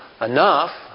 enough